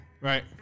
Right